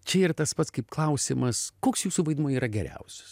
čia yra tas pats kaip klausimas koks jūsų vaidmuo yra geriausias